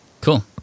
Cool